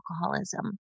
alcoholism